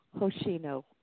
Hoshino